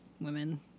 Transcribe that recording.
women